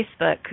Facebook